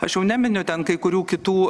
aš jau neminiu ten kai kurių kitų